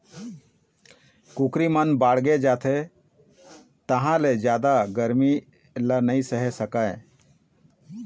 कुकरी मन बाड़गे जाथे तहाँ ले जादा गरमी ल नइ सहे सकय